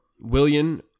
William